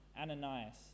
Ananias